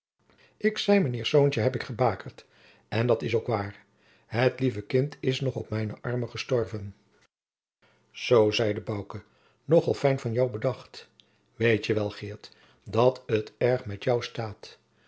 ik zei mijnheers zoontje heb ik gebakerd en dat is ook waar het lieve kind is nog op mijne armen gestorven zoo zeide bouke nog al fijn van jou bedacht weet je wel geert dat het erg met jou staat